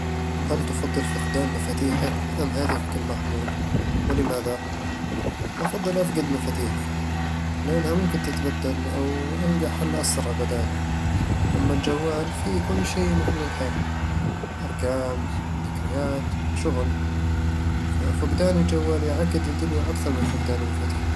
هل تفضل فقدان مفاتيحك أم هاتفك المحمول؟ ولماذا؟ أفضّل أفقد مفاتيحي لأنها ممكن تتبدل أو ألقى حل أسرع بدالها أما الجوال، فيه كل شيء مهم بالحياة: أرقام، وذكريات، وشغل ففقدان الجوال يعقّد الدنيا أكثر من فقدان المفاتيح